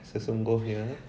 sesungguhnya